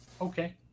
Okay